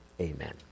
amen